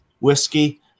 whiskey